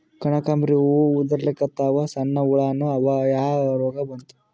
ಕನಕಾಂಬ್ರಿ ಹೂ ಉದ್ರಲಿಕತ್ತಾವ, ಸಣ್ಣ ಹುಳಾನೂ ಅವಾ, ಯಾ ರೋಗಾ ಬಂತು?